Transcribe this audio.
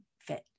fit